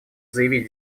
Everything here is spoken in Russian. заявить